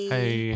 Hey